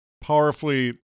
powerfully